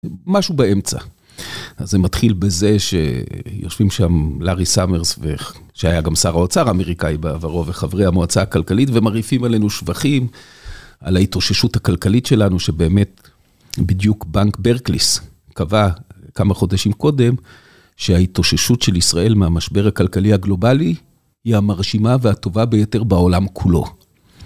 משהו באמצע, אז זה מתחיל בזה שיושבים שם לארי סמרס שהיה גם שר האוצר האמריקאי בעברו וחברי המועצה הכלכלית ומרעיפים עלינו שבחים על ההתאוששות הכלכלית שלנו שבאמת בדיוק בנק ברקליס קבע כמה חודשים קודם שההתאוששות של ישראל מהמשבר הכלכלי הגלובלי היא המרשימה והטובה ביותר בעולם כולו.